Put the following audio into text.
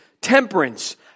temperance